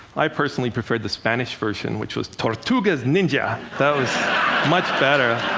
i personally preferred the spanish version, which was tortugas ninja. that was much better.